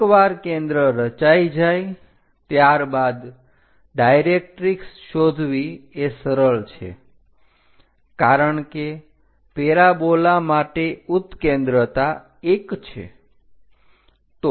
એકવાર કેન્દ્ર રચાય જાય ત્યારબાદ ડાયરેક્ટરિક્ષ શોધવી એ સરળ છે કારણ કે પેરાબોલા માટે ઉત્કેન્દ્રતા 1 છે